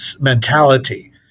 mentality